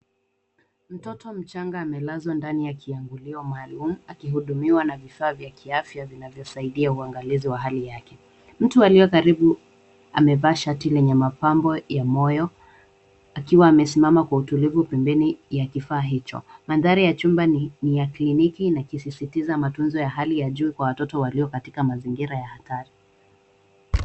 Mtoto mchanga amelazwa ndani ya kiangulio maalum akihudumiwa na vifaa vya kiafya vinavyosaidia uangalizi wa hali yake. Mtu aliye karibu amevaa shati lenye mapambo ya moyo akiwa amesimama kwa utulivu pembeni ya kifaa hicho. Mandhari ya chumba ni ya kliniki na kisisitiza matunzo ya hali ya juu kwa watoto walio katika mazingira ya hatari.